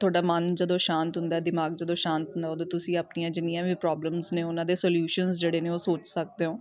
ਤੁਹਾਡਾ ਮਨ ਜਦੋਂ ਸ਼ਾਂਤ ਹੁੰਦਾ ਦਿਮਾਗ ਜਦੋਂ ਸ਼ਾਂਤ ਹੁੰਦਾ ਉਦੋਂ ਤੁਸੀਂ ਆਪਣੀਆਂ ਜਿੰਨੀਆਂ ਵੀ ਪ੍ਰੋਬਲਮਸ ਨੇ ਉਹਨਾਂ ਦੇ ਸਲਿਊਸ਼ਨ ਜਿਹੜੇ ਨੇ ਉਹ ਸੋਚ ਸਕਦੇ ਹੋ